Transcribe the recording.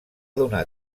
donar